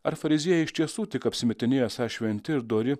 ar fariziejai iš tiesų tik apsimetinėja esą šventi ir dori